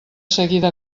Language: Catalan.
seguida